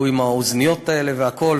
הוא עם האוזניות האלה והכול,